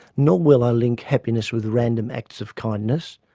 nor will i link happiness with random acts of kindness,